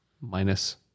minus